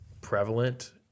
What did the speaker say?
prevalent